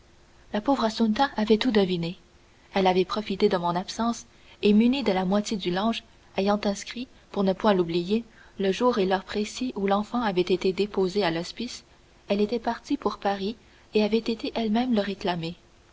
la pauvre assunta avait tout deviné elle avait profité de mon absence et munie de la moitié du lange ayant inscrit pour ne point l'oublier le jour et l'heure précis où l'enfant avait été déposé à l'hospice elle était partie pour paris et avait été elle-même le réclamer